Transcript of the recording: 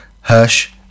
Hirsch